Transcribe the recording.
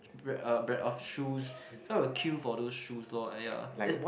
brand of shoes so I will queue for those shoes lor ya is